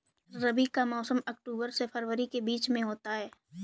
रबी का मौसम अक्टूबर से फरवरी के बीच में होता है